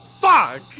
Fuck